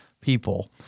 people